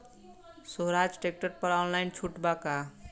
सोहराज tractor पर online छूट बा का?